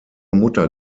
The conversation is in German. mutter